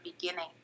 beginning